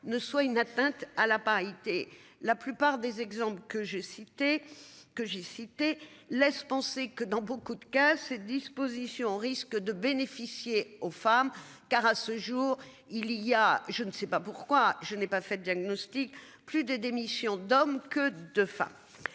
ne soit une atteinte à la parité. La plupart des exemples que j'ai cités, que j'ai cité laisse penser que dans beaucoup de cas, ces dispositions risquent de bénéficier aux femmes car à ce jour, il y a je ne sais pas pourquoi je n'ai pas fait diagnostic plus de démissions d'hommes que de femmes.